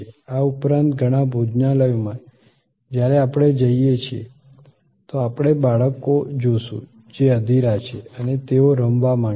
આ ઉપરાંત ઘણા ભોજનાલયમાં જ્યારે આપણે જાય છીએ તો આપણે બાળકો જોશું જે અધીરા છે અને તેઓ રમવા માંગે છે